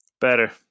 Better